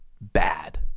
bad